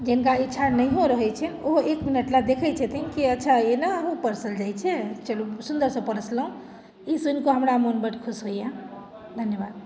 जिनका इच्छा नहियो रहैत छै ओहो एक मिनट लेल देखैत छथिन कि अच्छा एनाहू परसल जाइत छै चलू सुन्दरसँ परसलहुँ ई सुनि कऽ हमरा मन बड्ड खुश होइए धन्यवाद